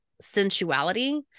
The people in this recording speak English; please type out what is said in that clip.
sensuality